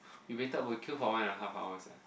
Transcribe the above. we waited for queue for one and a half hours leh